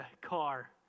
car